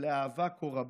ולאהבה כה רבה.